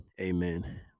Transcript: amen